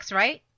right